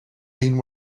been